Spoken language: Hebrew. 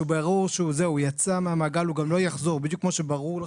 שברור שהוא יצא מהמעגל ולא יחזור אליו בדיוק כמו שברור לך,